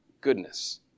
Goodness